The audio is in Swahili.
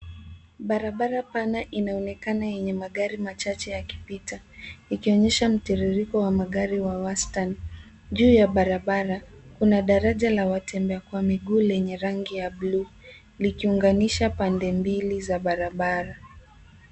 Barabara pana inaonekana yenye magari machache yakipita ikionyesha mtiririko wa magari wa wastani. Juu ya barabara, kuna daraja la watembea kwa miguu yenye rangi ya bluu likiunganisha pande mbili za barabara.